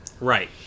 Right